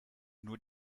nur